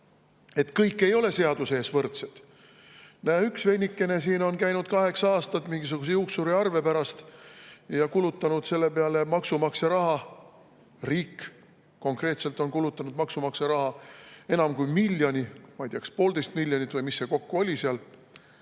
et kõik ei ole seaduse ees võrdsed. Näe, üks vennike on käinud kohtus kaheksa aastat mingisuguse juuksuriarve pärast ja kulutanud selle peale maksumaksja raha. Riik konkreetselt on kulutanud maksumaksja raha enam kui miljon eurot – ma ei tea, kas poolteist miljonit või mis see kokku oli seal.